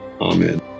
Amen